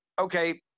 okay